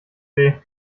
weh